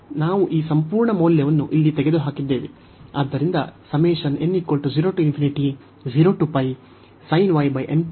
ನಾವು ಈ ಸಂಪೂರ್ಣ ಮೌಲ್ಯವನ್ನು ಇಲ್ಲಿ ತೆಗೆದುಹಾಕಿದ್ದೇವೆ